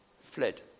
fled